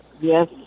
Yes